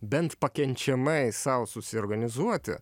bent pakenčiamai sau susiorganizuoti